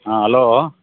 ಹಾಂ ಅಲೋ